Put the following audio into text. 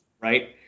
Right